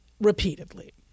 repeatedly